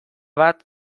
bat